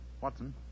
Watson